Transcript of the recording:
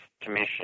commission